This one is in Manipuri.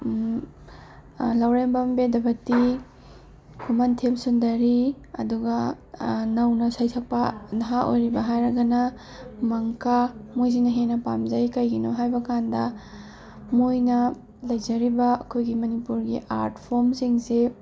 ꯂꯧꯔꯦꯝꯕꯝ ꯕꯦꯗꯄꯇꯤ ꯈꯨꯃꯟꯊꯦꯝ ꯁꯨꯟꯗꯔꯤ ꯑꯗꯨꯒ ꯅꯧꯅ ꯁꯩꯁꯛꯄ ꯅꯍꯥ ꯑꯣꯏꯔꯤꯕ ꯍꯥꯏꯔꯒꯅ ꯃꯪꯀꯥ ꯃꯣꯏꯖꯤꯅ ꯍꯦꯟꯅ ꯄꯥꯝꯖꯩ ꯀꯩꯒꯤꯅꯣ ꯍꯥꯏꯕ ꯀꯥꯟꯗ ꯃꯣꯏꯅ ꯂꯩꯖꯔꯤꯕ ꯑꯩꯈꯣꯏꯒꯤ ꯃꯅꯤꯄꯨꯔꯒꯤ ꯑꯥꯔꯠ ꯐꯣꯔꯝꯁꯤꯡꯁꯦ